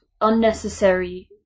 unnecessary